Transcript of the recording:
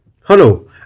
hello